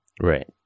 right